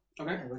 Okay